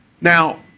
Now